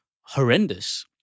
horrendous